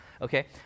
okay